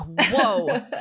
whoa